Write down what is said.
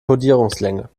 kodierungslänge